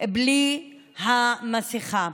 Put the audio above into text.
בלי המסכה.